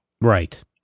Right